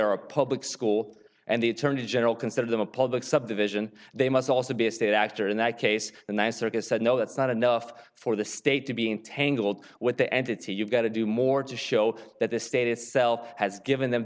a public school and the attorney general consider them a public subdivision they must also be a state actor in that case the ninth circuit said no that's not enough for the state to being tangled with the entity you've got to do more to show that the state itself has given them